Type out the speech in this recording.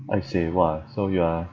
aiseh !wah! so you are